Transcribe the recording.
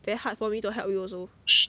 very hard for me to help you also